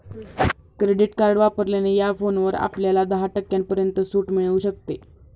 credit card वापरल्याने या फोनवर आपल्याला दहा टक्क्यांपर्यंत सूट मिळू शकते